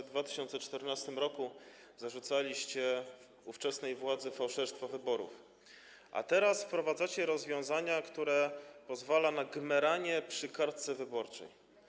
W 2014 r. zarzucaliście ówczesnej władzy fałszerstwo wyborów, a teraz wprowadzacie rozwiązania, które pozwalają na gmeranie przy kartce wyborczej.